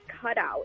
cutout